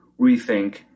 rethink